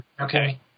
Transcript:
Okay